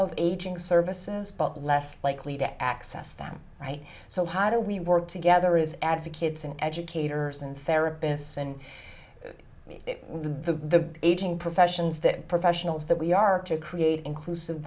of aging services but less likely to access them so how do we work together as advocates and educators and therapists and the aging professions that professionals that we are to create inclusive